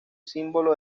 símbolo